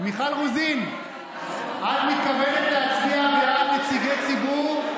מיכל רוזין, את מתכוונת להצביע בעד נציגי ציבור?